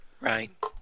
Right